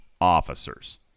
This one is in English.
officers